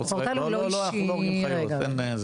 קודם כל אנחנו כל הזמן